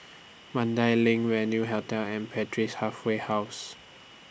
Mandai LINK Venue Hotel and Halfway House